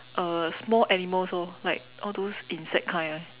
uh small animals orh like all those insect kind ah